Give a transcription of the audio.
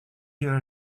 your